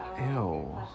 Ew